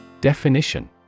Definition